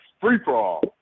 free-for-all